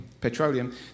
petroleum